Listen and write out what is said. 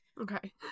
Okay